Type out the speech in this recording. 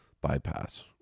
bypass